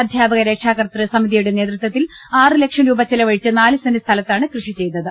അധ്യാപക രക്ഷാകർതൃ സമിതിയുടെ നേതൃത്വത്തിൽ ആറ് ലക്ഷം രൂപ ചെലവഴിച്ച് നാല് സെന്റ് സ്ഥലത്താണ് കൃഷി ചെയ്തത്